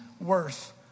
worth